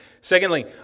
Secondly